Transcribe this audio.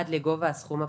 עד לגובה הסכום הפטור.